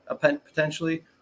potentially